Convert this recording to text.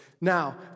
Now